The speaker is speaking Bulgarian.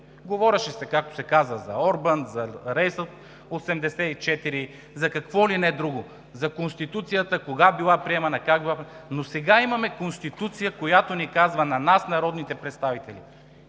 Говореше се, както се казва, за Орбан, за рейса 84, за какво ли не друго, за Конституцията кога, как била приемана. Но сега имаме Конституция, която ни казва на нас народните представители,